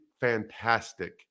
fantastic